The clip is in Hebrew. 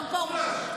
אדון פרוש.